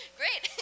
great